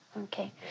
Okay